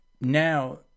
Now